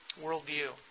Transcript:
worldview